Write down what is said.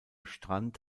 strand